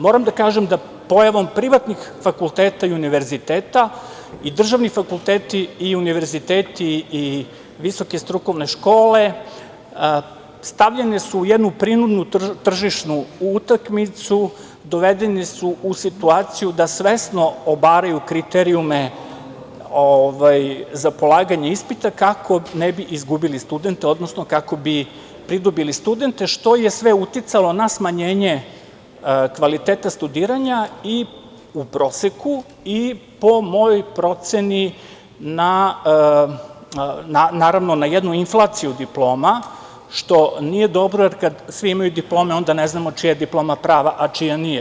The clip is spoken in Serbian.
Moram da kažem da pojavom privatnih fakulteta i univerziteta i državni fakulteti i univerziteti visoke strukovne škole su stavljene u jednu prinudnu tržišnu utakmicu, dovedeni su u situaciju da svesno obaraju kriterijume za polaganja ispita, kako ne bi izgubili studente, odnosno kako bi pridobili studente, što je sve uticalo na smanjenje kvaliteta studiranja u proseku i, po mojoj proceni, naravno na jednu inflaciju diploma što nije dobro, jer kad svi imaju diplome, onda ne znamo čija je diploma prava, čija nije.